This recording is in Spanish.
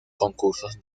concursos